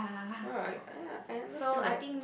alright I I understand that